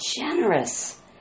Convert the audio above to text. generous